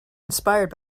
inspired